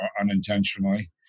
unintentionally